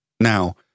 now